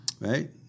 right